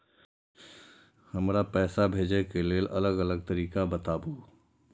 हमरा पैसा भेजै के लेल अलग अलग तरीका बताबु?